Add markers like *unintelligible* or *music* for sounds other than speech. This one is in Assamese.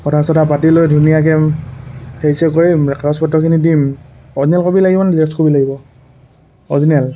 *unintelligible*